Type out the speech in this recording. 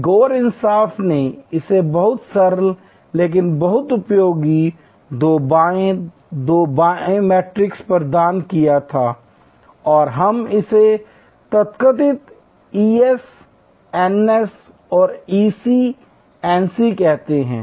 Igor Ansoff ने इसे बहुत सरल लेकिन बहुत उपयोगी 2 बाय 2 मैट्रिक्स प्रदान किया था और हम इसे तथाकथित ईएस एनएस और ईसी एनसी कहते हैं